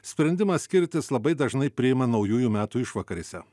sprendimą skirtis labai dažnai priima naujųjų metų išvakarėse